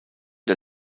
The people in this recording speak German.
der